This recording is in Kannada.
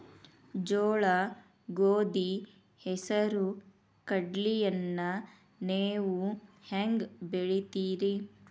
ಜೋಳ, ಗೋಧಿ, ಹೆಸರು, ಕಡ್ಲಿಯನ್ನ ನೇವು ಹೆಂಗ್ ಬೆಳಿತಿರಿ?